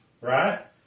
right